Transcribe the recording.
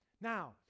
Now